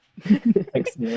thanks